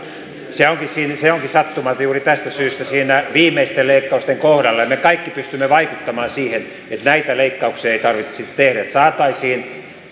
se onkin sattumalta juuri tästä syystä siinä viimeisten leikkausten kohdalla me kaikki pystymme vaikuttamaan siihen että näitä leikkauksia ei tarvitsisi tehdä että saataisiin